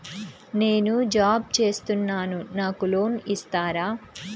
నేను జాబ్ చేస్తున్నాను నాకు లోన్ ఇస్తారా?